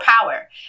power